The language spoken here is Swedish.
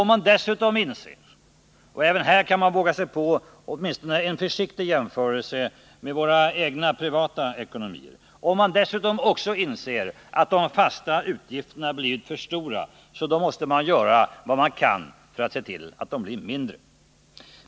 Om man dessutom inser — även här kan jag våga mig på åtminstone en försiktig jämförelse med våra privata ekonomier — att de fasta utgifterna blivit för stora, så måste man göra vad man kan för att se till att de blir mindre.